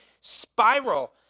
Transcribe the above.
spiral